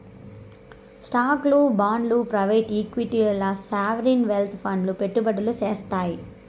స్టాక్లు, బాండ్లు ప్రైవేట్ ఈక్విటీల్ల సావరీన్ వెల్త్ ఫండ్లు పెట్టుబడులు సేత్తాయి